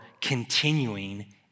continuing